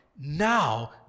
now